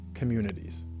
Communities